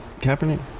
Kaepernick